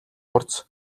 хурц